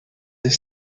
des